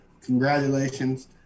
Congratulations